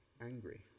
angry